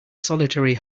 solitary